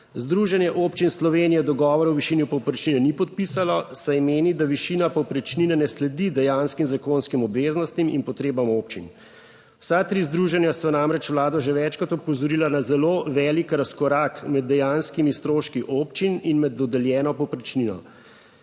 Združenje občin Slovenije dogovor o višini povprečnine ni podpisalo, saj meni, da višina povprečnine ne sledi dejanskim zakonskim obveznostim in potrebam občin. Vsa tri združenja so namreč vlado že večkrat opozorila na zelo velik razkorak med dejanskimi stroški občin in med dodeljeno povprečnino.